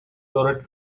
plodded